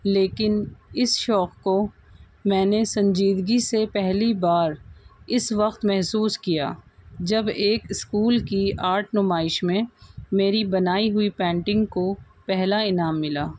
لیکن اس شوق کو میں نے سنجیدگی سے پہلی بار اس وقت محسوس کیا جب ایک اسکول کی آرٹ نمائش میں میری بنائی ہوئی پینٹنگ کو پہلا انعام ملا